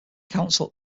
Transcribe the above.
council